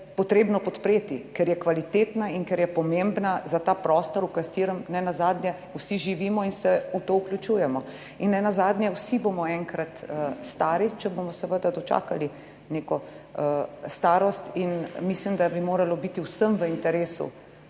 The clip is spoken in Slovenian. potrebno podpreti, ker je kvalitetna in ker je pomembna za ta prostor v katerem nenazadnje vsi živimo in se v to vključujemo in nenazadnje vsi bomo enkrat stari, če bomo seveda dočakali neko starost, in mislim, da bi moralo biti vsem v interesu,